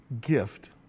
gift